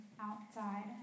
outside